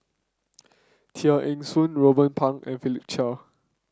Tear Ee Soon Ruben Pang and Philip Chia